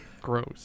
gross